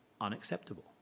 unacceptable